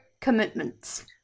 commitments